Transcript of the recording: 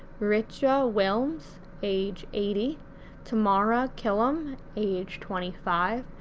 rietje ah willms age eighty tammara killam age twenty five,